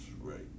right